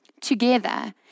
together